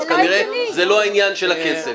אז כנראה שזה לא העניין של הכסף.